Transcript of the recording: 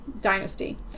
dynasty